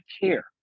care